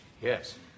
Yes